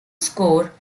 score